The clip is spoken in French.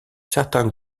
certains